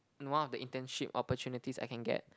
in one of the internship opportunities I can get